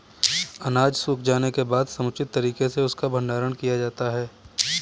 अनाज सूख जाने के बाद समुचित तरीके से उसका भंडारण किया जाता है